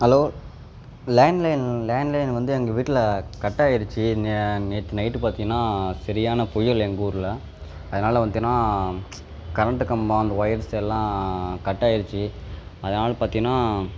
hello landline landline வந்து எங்கள் வீட்டில் கட்டாகிருச்சி நே நேற்று நைட்டு பார்த்தீங்கன்னா சரியான புயல் எங்கள் ஊரில் அதனால் வந்துட்டு என்ன கரண்டு கம்பம் அந்த ஒயர்ஸ் எல்லாம் கட்டாகிருச்சி அதனால் பார்த்தீங்கன்னா